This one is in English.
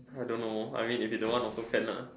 I don't know I mean if you don't want also can lah